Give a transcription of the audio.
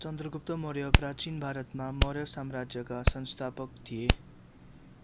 चन्द्रगुप्त मौर्य प्राचीन भारतमा मौर्य साम्राज्यका संस्थापक थिए